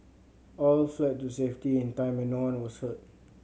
all fled to safety in time and no one was hurt